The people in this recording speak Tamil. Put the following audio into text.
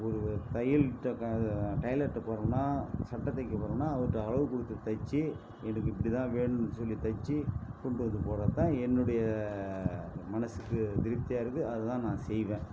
ஒரு தையல்கிட்ட க இது டைலர்கிட்ட போறோம்னா சட்டை தைக்க போகிறோம்னா அவருகிட்ட அளவு கொடுத்து தச்சு எனக்கு இப்படி தான் வேணுன்னு சொல்லி தச்சு கொண்டு வந்து போடுறது தான் என்னுடைய மனதுக்கு திருப்தியாக இருக்குது அதை தான் நான் செய்வேன்